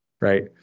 Right